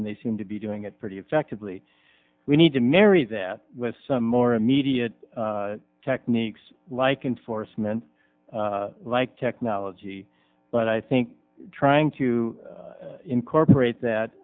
and they seem to be doing it pretty effectively we need to marry that with some more immediate techniques like enforcement like technology but i think trying to incorporate that